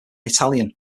italian